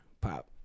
pop